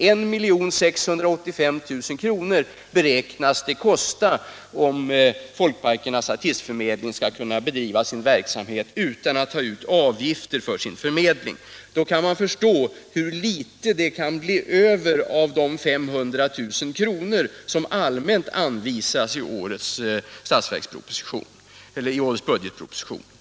Så mycket skulle det kosta om Folkparkernas artistförmedling skulle kunna bedriva sin verksamhet utan att ta ut några avgifter. Då kan man ju förstå hur litet det kan bli över av de 500 000 kr. som allmänt anvisas i årets budgetproposition.